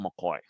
McCoy